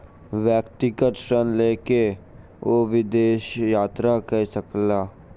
व्यक्तिगत ऋण लय के ओ विदेश यात्रा कय सकला